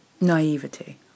naivety